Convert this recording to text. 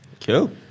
Cool